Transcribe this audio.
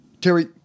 Terry